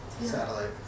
Satellite